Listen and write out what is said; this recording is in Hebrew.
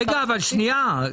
רגע, אבל שנייה.